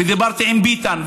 ודיברתי עם ביטן,